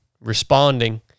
responding